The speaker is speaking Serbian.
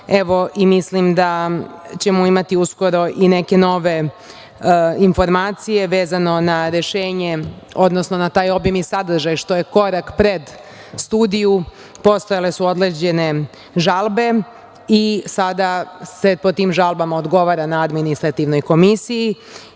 korak. Mislim da ćemo uskoro imati i neke nove informacije, vezano na rešenje, odnosno na taj obim i sadržaj, što je korak pred studiju. Postojale su određene žalbe i sada se po tim žalbama odgovara na administrativnoj komisiji